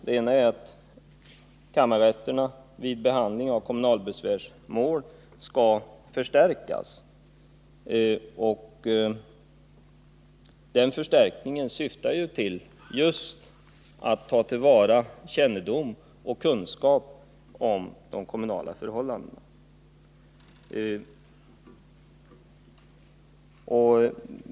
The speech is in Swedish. Den ena är att kammarrätterna vid behandlingen av kommunalbesvärsmål skall få en förstärkning, syftande till att ta till vara den kännedom och den kunskap som utanför kammarrätterna finns om de kommunala förhållandena.